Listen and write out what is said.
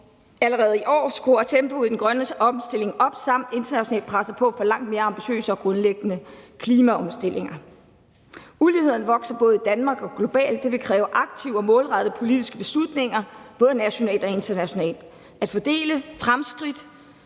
allerede i år skruer tempoet i den grønne omstilling op samt internationalt presser på for langt mere ambitiøse og grundlæggende klimaomstillinger. Uligheden vokser både i Danmark og globalt. Det vil kræve aktive og målrettede politiske beslutninger både nationalt og internationalt at fordele fremskridt,